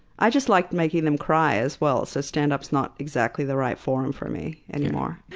i just like making them cry as well, so stand-up's not exactly the right form for me anymore.